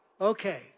Okay